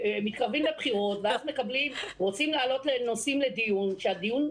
מתקרבים לבחירות ואז רוצים להעלות נושאים לדיון כשהדיון,